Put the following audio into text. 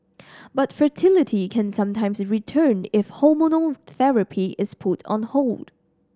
but fertility can sometimes return if hormonal therapy is put on hold